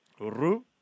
Ru